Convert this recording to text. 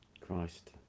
Christ